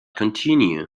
continue